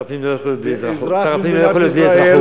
שר הפנים לא יכול להיות בלי אזרחות.